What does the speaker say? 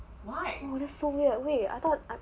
that's so weird wait I thought